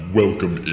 welcome